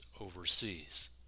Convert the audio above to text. overseas